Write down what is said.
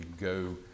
go